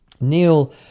Neil